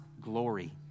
glory